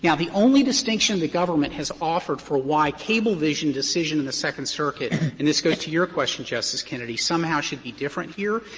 yeah the only distinction the government has offered for why cablevision decision in the second circuit, and this goes to your question, justice kennedy, somehow should be different here,